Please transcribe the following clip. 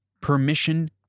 permission